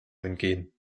entgehen